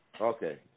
okay